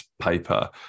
paper